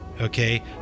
okay